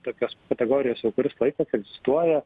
tokios kategorijos jau kuris laikas egzistuoja